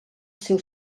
seu